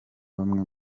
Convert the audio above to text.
bamwe